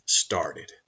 started